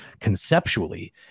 conceptually